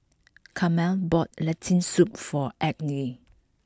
Carmel bought Lentil Soup for egg knee